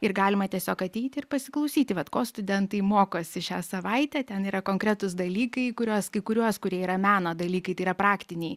ir galima tiesiog ateiti ir pasiklausyti vat ko studentai mokosi šią savaitę ten yra konkretūs dalykai į kuriuos kai kuriuos kurie yra meno dalykai tai yra praktiniai